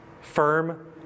firm